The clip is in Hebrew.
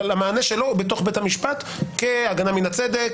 אבל המענה שלו הוא בתוך בית המשפט כהגנה מהצדק,